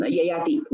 Yayati